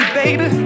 baby